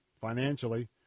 financially